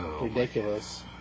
Ridiculous